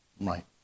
right